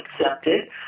accepted